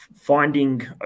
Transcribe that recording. Finding